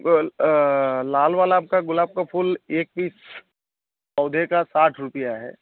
गोल लाल वाला आपका गुलाब का फूल एक पीस पौधे का साठ रुपिया है